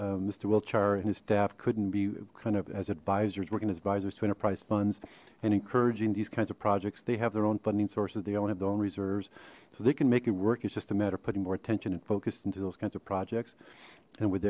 are and his staff couldn't be kind of as advisors working as visors to enterprise funds and encouraging these kinds of projects they have their own funding sources the own have their own reserves so they can make it work it's just a matter of putting more attention and focused in to those kinds of projects and with